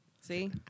See